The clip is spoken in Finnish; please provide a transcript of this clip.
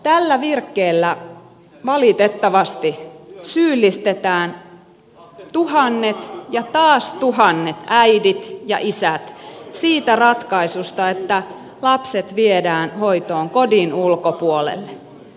tällä virkkeellä valitettavasti syyllistetään tuhannet ja taas tuhannet äidit ja isät siitä ratkaisusta että lapset viedään hoitoon kodin ulkopuolelle